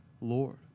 Lord